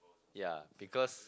ya because